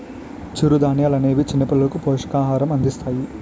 చిరుధాన్యాలనేవి చిన్నపిల్లలకు పోషకాహారం అందిస్తాయి